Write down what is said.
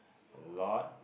a lot